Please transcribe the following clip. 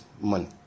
money